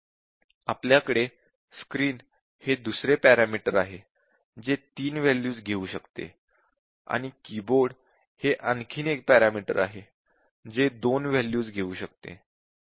आपल्याकडे स्क्रीन हे दुसरे पॅरामीटर आहे जे 3 वॅल्यूज घेऊ शकते आणि कीबोर्ड हे आणखी एक पॅरामीटर आहे जे 2 वॅल्यूज घेऊ शकते